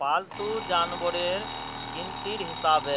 पालतू जानवरेर गिनतीर हिसाबे